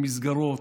עם מסגרות,